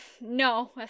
no